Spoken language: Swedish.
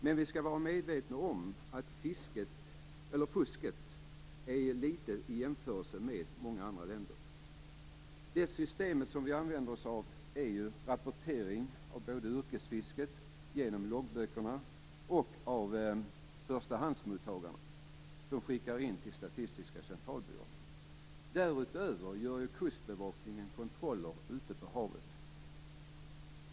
Men vi skall vara medvetna om att fusket här är litet i jämförelse med många andra länder. Det system som vi använder oss av är rapportering av både yrkesfisket genom loggböckerna och av förstahandsmottagarna, som skickar in rapporter till Statistiska Centralbyrån. Därutöver gör Kustbevakningen kontroller ute på havet.